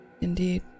Indeed